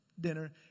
dinner